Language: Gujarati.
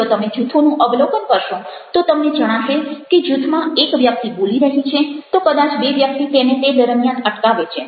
જો તમે જૂથોનું અવલોકન કરશો તો તમને જણાશે કે જૂથમાં એક વ્યક્તિ બોલી રહી છે તો કદાચ બે વ્યક્તિ તેને તે દરમિયાન અટકાવે છે